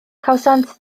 cawsant